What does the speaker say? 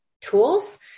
tools